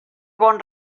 bon